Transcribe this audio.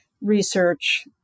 research